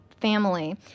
family